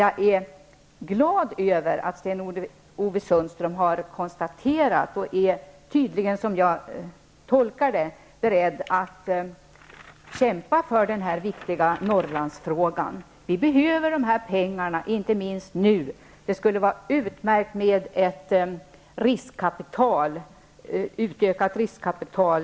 Jag är dock glad över att Sten-Ove Sundström är beredd -- den tolkningen gör i alla fall jag -- att kämpa i denna för Norrland så viktiga fråga. Vi behöver de aktuella pengarna, och särskilt nu. I dessa tider skulle det vara utmärkt att ha ett större riskkapital.